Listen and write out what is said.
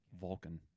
Vulcan